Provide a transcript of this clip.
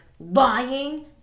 Lying